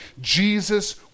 Jesus